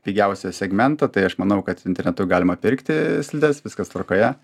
pigiausią segmentą tai aš manau kad internetu galima pirkti slides viskas tvarkoje